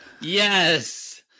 yes